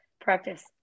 practice